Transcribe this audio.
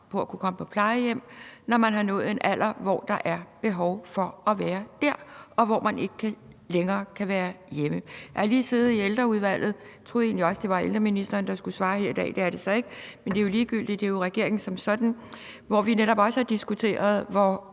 på at kunne komme på plejehjem, når man har nået en alder, hvor der er behov for at være dér, fordi man ikke længere kan være hjemme. Jeg har lige siddet i Ældreudvalget – jeg troede egentlig også, det var ældreministeren, der skulle svare her i dag, og det er det så ikke; men det er ligegyldigt, for det er jo regeringen som sådan, det gælder – hvor vi netop også diskuterede, hvor